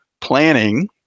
planning